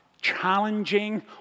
challenging